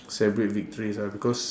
celebrate victories ah because